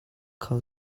kho